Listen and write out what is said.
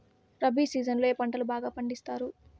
rabi season లో ఏ పంటలు బాగా పండిస్తారు